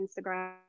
Instagram